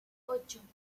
ocho